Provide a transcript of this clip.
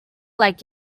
like